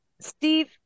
Steve